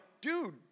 dude